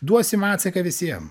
duosim atsaką visiem